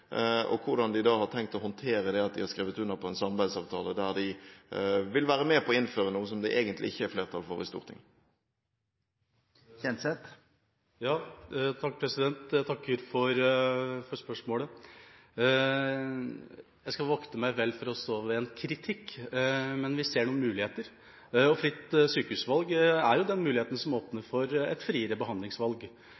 og hvordan de har tenkt å håndtere det at de har skrevet under på en samarbeidsavtale der de vil være med på å innføre noe som det egentlig ikke er flertall for i Stortinget. Jeg takker for spørsmålet. Jeg skal vokte meg vel for å stå ved en kritikk, men vi ser noen muligheter. Fritt sykehusvalg er jo den muligheten som åpner